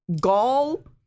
gall